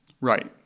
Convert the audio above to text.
Right